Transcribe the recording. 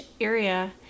area